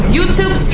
YouTube